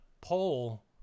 poll